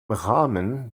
rahmen